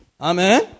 Amen